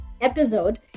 episode